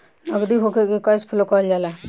नगदी होखे के कैश फ्लो कहल जाला